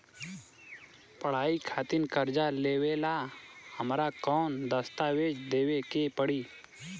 पढ़ाई खातिर कर्जा लेवेला हमरा कौन दस्तावेज़ देवे के पड़ी?